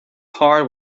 heart